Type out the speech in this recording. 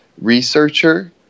researcher